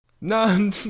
no